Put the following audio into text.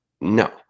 no